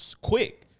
quick